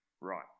Right